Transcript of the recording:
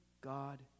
God